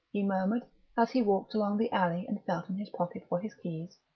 he murmured as he walked along the alley and felt in his pocket for his keys.